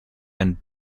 and